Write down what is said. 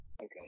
Okay